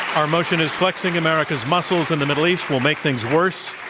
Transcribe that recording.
our motion is flexing america's muscles in the middle east will make things worse.